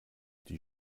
die